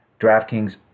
DraftKings